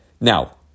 Now